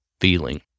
feeling